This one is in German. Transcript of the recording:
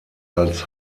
als